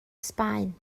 sbaen